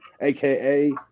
aka